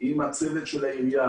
עם הצוות של העירייה,